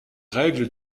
règles